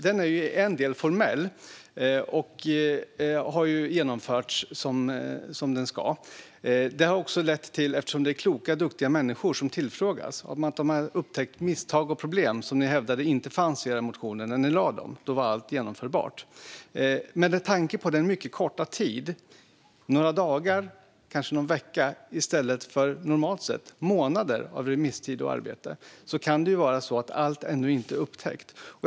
Den är till en del formell och har genomförts som den ska. Eftersom det är kloka och duktiga människor som tillfrågas har de upptäckt misstag och problem som ni hävdade inte fanns när ni lade fram era motioner - då var allt genomförbart. Med tanke på den mycket korta tid - några dagar eller kanske någon vecka i stället för, som normalt, månader av remisstid och arbete - kan det ju vara så att allt ännu inte är upptäckt.